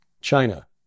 China